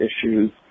issues